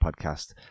podcast